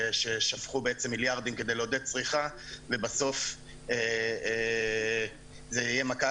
ששפכו בעצם מיליארדים כדי לעודד צריכה ובסוף זה יהיה מכה